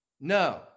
no